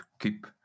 keep